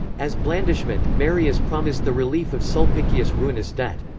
as blandishment, marius promised the relief of sulpicius' ruinous debt.